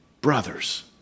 brothers